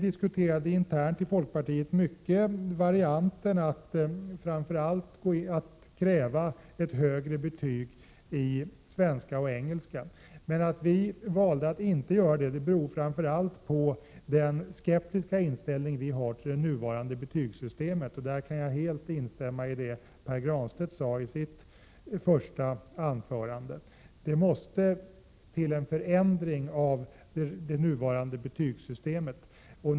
Internt i folkpartiet diskuterade vi mycket varianten att kräva högre betyg i svenska och engelska. Att vi valde att inte göra det beror framför allt på den skeptiska inställning vi har till det nuvarande betygssystemet. Därvidlag kan jag helt instämma i vad Pär Granstedt sade i sitt första anförande. Det måste till en förändring av det nuvarande betygssystemet.